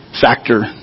factor